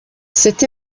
cette